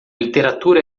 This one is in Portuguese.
literatura